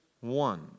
one